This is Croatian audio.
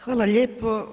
Hvala lijepo.